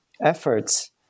efforts